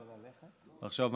עכשיו,